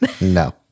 No